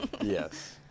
Yes